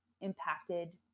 impacted